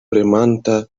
premanta